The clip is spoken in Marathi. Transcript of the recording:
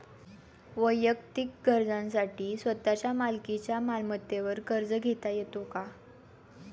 वैयक्तिक गरजांसाठी स्वतःच्या मालकीच्या मालमत्तेवर कर्ज घेता येतो का?